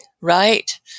Right